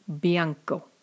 Bianco